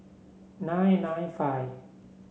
nine nine five